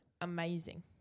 amazing